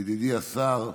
ידידי השר,